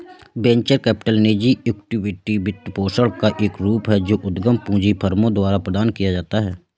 venture capital निजी equity वित्तपोषण का एक रूप है जो उद्यम पूंजी फर्मों द्वारा प्रदान किया जाता है